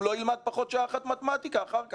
לא ילמד פחות שעה אחת מתמטיקה אחר כך.